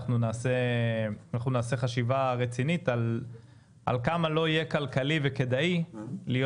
אנחנו נעשה חשיבה רצינית על כמה לא יהיה כלכלי וכדאי להיות